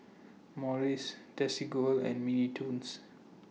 Morries Desigual and Mini Toons